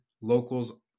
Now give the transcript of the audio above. Locals